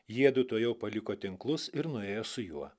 jiedu tuojau paliko tinklus ir nuėjo su juo